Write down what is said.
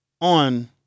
on